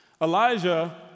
Elijah